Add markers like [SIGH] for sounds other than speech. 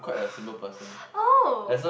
[BREATH] oh